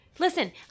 Listen